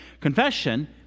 confession